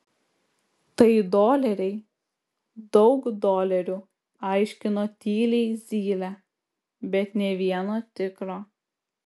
tai doleriai daug dolerių aiškino tyliai zylė bet nė vieno tikro